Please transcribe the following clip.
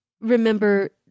remember